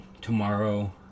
tomorrow